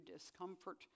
discomfort